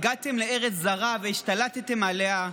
הגעתם לארץ זרה והשתלטתם עליה.